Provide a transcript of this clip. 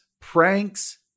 pranks